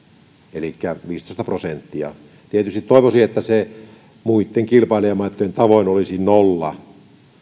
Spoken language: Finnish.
elikkä viisitoista prosenttia tietysti toivoisi että se muitten kilpailijamaitten tavoin olisi nolla